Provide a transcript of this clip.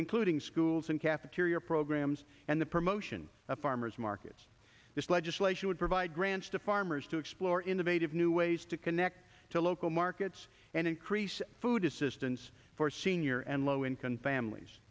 including schools and cafeteria programs and the promotion of farmers markets this legislation would provide grants to farmers to explore innovative new ways to connect to local markets and increase food assistance for senior and low income families